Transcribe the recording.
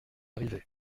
arrivé